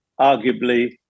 arguably